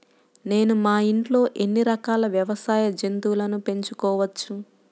నేను మా ఇంట్లో ఎన్ని రకాల వ్యవసాయ జంతువులను పెంచుకోవచ్చు?